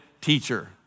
teacher